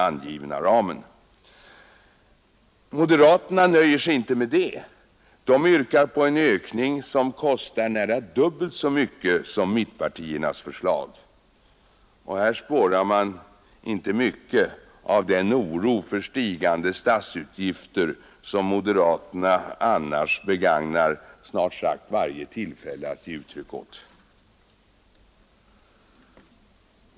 29 maj 1972 Moderaterna nöjer sig inte med detta utan yrkar på en ökning som är — i —— nära dubbelt så stor som den mittenpartierna föreslagit. Här spårar man Försvarets fortsatta inte mycket av den oro för stigande statsutgifter som moderaterna annars inriktning m.m. begagnar snart sagt varje tillfälle att ge uttryck åt.